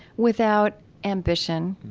without ambition.